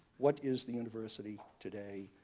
what is the university today?